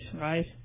right